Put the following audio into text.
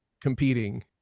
competing